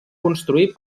construir